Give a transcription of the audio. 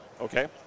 Okay